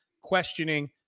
questioning